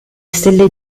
stelle